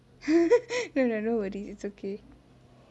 no no no worries it's okay